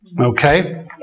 Okay